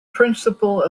principle